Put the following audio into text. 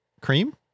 cream